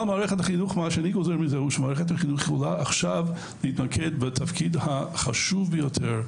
אבל אני גוזר מזה שמערכת החינוך צריכה עכשיו להתמקד בתפקיד החשוב ביותר,